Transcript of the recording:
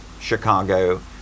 Chicago